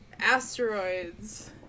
asteroids